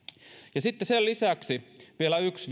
sitten sen lisäksi vielä yksi